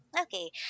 Okay